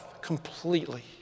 completely